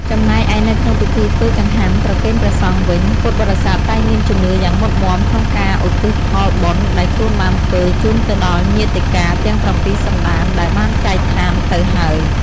ចំណែកឯនៅក្នុងពិធីធ្វើចង្ហាន់ប្រគេនព្រះសង្ឃវិញ ពុទ្ធបរិស័ទតែងមានជំនឿយ៉ាងមុតមាំក្នុងការឧទ្ទិសផលបុណ្យដែលខ្លួនបានធ្វើជូនទៅដល់ញាតិកាទាំងប្រាំពីរសន្តានដែលបានចែកឋានទៅហើយ។